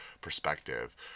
perspective